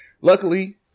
luckily